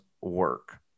work